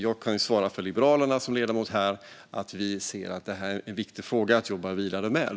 Jag kan svara för Liberalerna som ledamot här att vi ser att detta är en viktig fråga att jobba vidare med.